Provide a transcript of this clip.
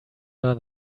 her